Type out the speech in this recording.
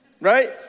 right